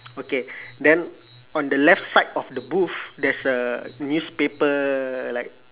okay then on the left side of the booth there's a newspaper like